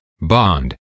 bond